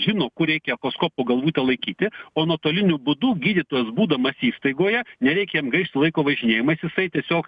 žino kur reikia echoskopo galvutę laikyti o nuotoliniu būdu gydytos būdamas įstaigoje nereik jam gaišt laiko važinėjimais jisai tiesiog